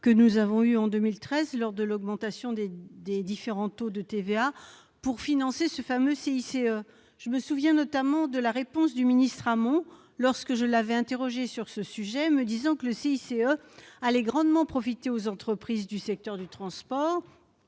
que nous avons eus en 2013 lors de l'augmentation des différents taux de TVA, pour financer le fameux CICE ... Je me souviens notamment de la réponse du ministre Hamon lorsque je l'avais interrogé sur ce sujet : il disait que le CICE allait grandement profiter aux entreprises du secteur du transport